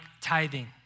tithing